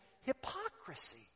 hypocrisy